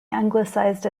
anglicised